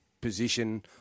position